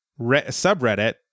subreddit